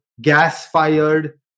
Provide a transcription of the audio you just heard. gas-fired